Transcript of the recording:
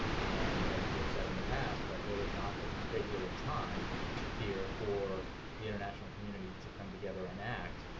and as we have said in the past, there is not a great deal of time here for the international community to come together and act